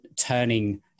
turning